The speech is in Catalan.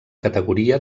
categoria